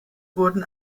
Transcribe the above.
wurden